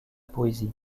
poésie